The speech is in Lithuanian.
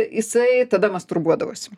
jisai tada masturbuodavosi